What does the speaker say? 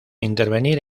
intervenir